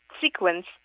sequence